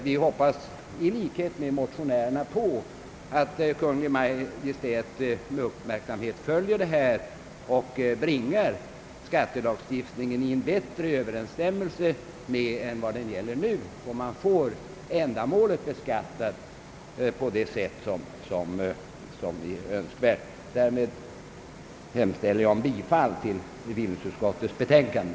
Vi hoppas i likhet med motionärerna att Kungl. Maj:t med uppmärksamhet följer denna fråga och bringar skatte lagstiftningen i en bättre överensstämmelse med de faktiska förhållandena än vad för närvarande är fallet så att ändamålet blir beskattat på önskvärt sätt. Därmed hemställer jag om bifall till bevillningsutskottets betänkande.